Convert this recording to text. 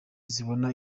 zibona